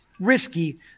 risky